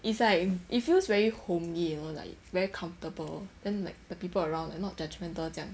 it's like it feels very homely you know like very comfortable then like the people around are not judgemental 这样